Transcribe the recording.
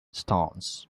stones